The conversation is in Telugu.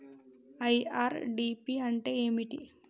ఐ.ఆర్.డి.పి అంటే ఏమిటి?